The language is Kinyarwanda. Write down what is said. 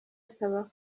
asaba